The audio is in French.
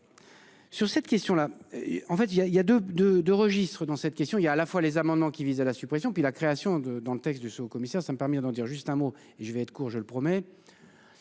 Sur cette question là en fait il y a il y a de de de registres dans cette question, il y a à la fois les amendements qui visent à la suppression, puis la création de dans le texte du saut commissaire ça a permis d'en dire juste un mot et je vais être court. Je le promets.